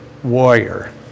warrior